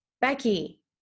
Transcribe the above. Becky